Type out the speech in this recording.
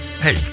Hey